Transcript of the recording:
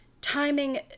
timing